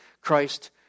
Christ